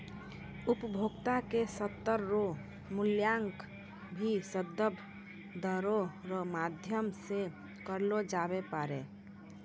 उपभोक्ता के स्तर रो मूल्यांकन भी संदर्भ दरो रो माध्यम से करलो जाबै पारै